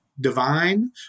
divine